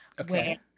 Okay